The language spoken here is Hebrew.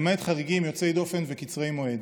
למעט חריגים יוצאי דופן וקצרי מועד.